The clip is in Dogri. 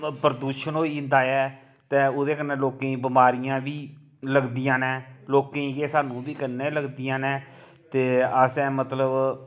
प्रदूषण होइंदा ऐ से ओह्दे कन्नै लोकें गी बमारियां बी लगदियां न लोकें गी केह् सानूं बी कन्नै ई लगदियां न ते असें मतलब